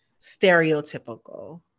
stereotypical